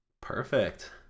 Perfect